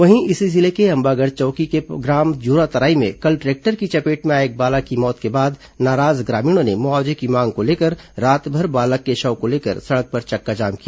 वहीं इसी जिले के अंबागढ़ चौकी के ग्राम जोरातराई में कल ट्रैक्टर की चपेट में आए एक बालक की मौत के बाद नाराज ग्रामीणों ने मुआवजे की मांग को लेकर रातभर बालक के शव को लेकर सड़क पर चक्काजाम किया